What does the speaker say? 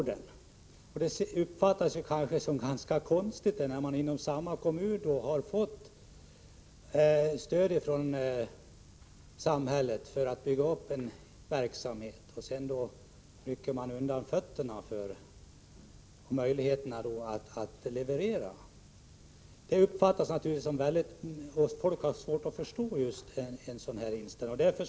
Det kan uppfattas som ganska konstigt att man inom nämnda kommun, efter det att samhället givit stöd för uppbyggande av en verksamhet, rycker undan företagets möjligheter att leverera. Folk har svårt att förstå just en sådan här behandling.